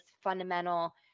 fundamental